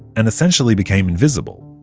and essentially became invisible.